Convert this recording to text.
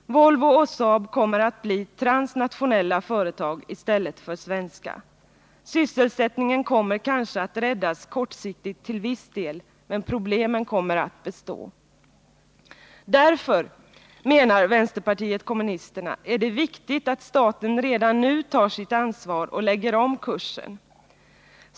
Volvo och Saab kommer att bli transnationella företag i stället för svenska. Sysselsättningen räddas kanske kortsiktigt till viss del, men problemen kommer att bestå. Därför är det viktigt, menar vänsterpartiet kommunisterna, att staten redan nu tar sitt ansvar och lägger om kursen.